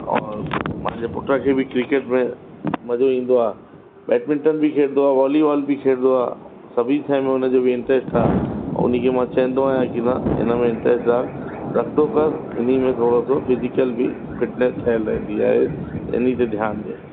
और मुंहिंजे पुट खे बि क्रिकेट में मज़ो ईंदो आहे बेटमिंटन बि खेॾंदो आहे वॉलीबॉल बि खेॾंदो आहे सभई शइ में उनजो इंट्रेस्ट आहे उन्ही खे मां चवंदो आहियां की त हिन हिनमें इंट्रेस्ट डाल रखंदो कर इन्ही में थोरो सो फ़िजिकल बि फ़िटनेस ठही रहंदी आहे इन्ही ते ध्यानु ॾियो